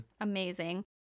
amazing